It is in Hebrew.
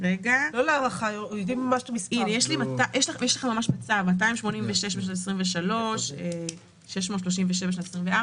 יש לכם את זה בצו: 286 ב-2023, 637 ב-2024.